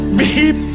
beep